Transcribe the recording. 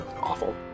awful